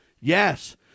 Yes